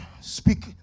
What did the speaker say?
speak